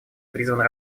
призвана